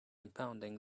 impounding